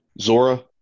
Zora